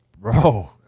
bro